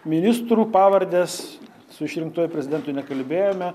ministrų pavardes su išrinktuoju prezidentu nekalbėjome